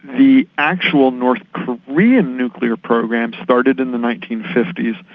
the actual north korean nuclear program started in the nineteen fifty s,